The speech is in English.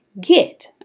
get